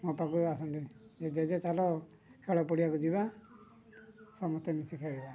ମୋ ପାଖକୁ ଆସନ୍ତି ଯେ ଯେ ତା'ର ଖେଳ ପଡ଼ିଆକୁ ଯିବା ସମସ୍ତେ ମିଶିକି ଖେଳିବା